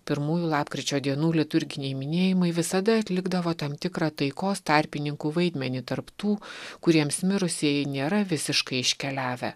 pirmųjų lapkričio dienų liturginiai minėjimai visada atlikdavo tam tikrą taikos tarpininkų vaidmenį tarp tų kuriems mirusieji nėra visiškai iškeliavę